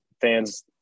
fans